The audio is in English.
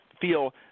feel